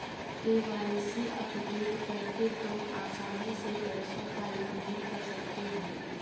KYC update करके तुम आसानी से पैसों का लेन देन कर सकते हो